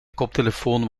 koptelefoon